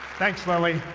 thanks, lily.